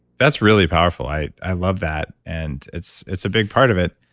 that's really powerful. i i love that. and it's it's a big part of it.